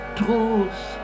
truth